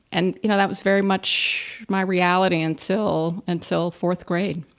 and you know, that was very much my reality until, until fourth grade.